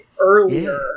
earlier